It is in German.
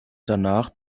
danach